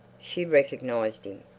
she recognized him.